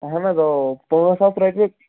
اَہَن حظ اَوا اَوا پٲنٛژھ ساس رۄپیٚہِ